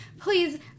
please